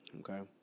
Okay